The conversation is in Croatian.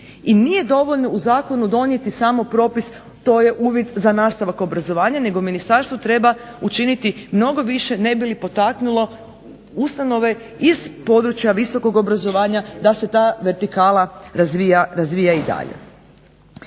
I nije dovoljno u zakonu donijeti samo propis to je uvjet za nastavak obrazovanja nego ministarstvo treba učiniti mnogo više ne bili potaknulo ustanove iz područja visokog obrazovanja da se ta vertikala razvija i dalje.